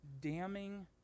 damning